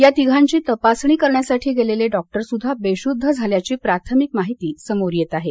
या तिघांची तपासणी करण्यासाठी गेलेले डॉक्टर सुद्धा बेशुद्ध झाल्याची प्राथमिक माहिती समोर येत आहे